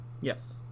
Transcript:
Yes